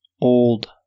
old